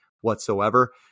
whatsoever